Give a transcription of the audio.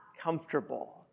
comfortable